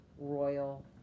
royal